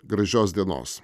gražios dienos